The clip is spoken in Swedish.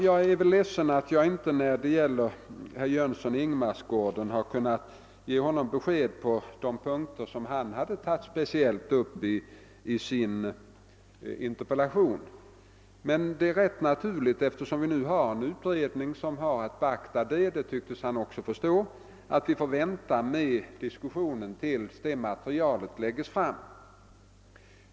Jag är ledsen över att jag inte kunnat ge herr Jönsson i Ingemarsgården besked på de punkter som han speciellt har tagit upp i sin interpellation. Det är emellertid rätt naturligt att jag inte kunnat göra det, eftersom det pågår en utredning vilkens resultat vi måste beakta. Herr Jönsson tycktes också förstå att vi får vänta med diskussionen till dess att utredningens förslag lägges fram.